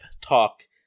talk